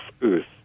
earth